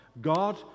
God